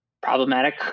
problematic